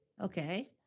Okay